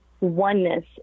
oneness